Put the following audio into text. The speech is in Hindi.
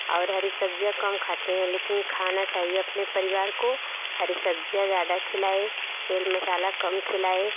और हरी सब्ज़ियाँ कम खाते हैं लेकिन खाना चाहिए अपने परिवार को हरी सब्ज़ियाँ ज़्यादा खिलाएं तेल मसाला कम खिलाएं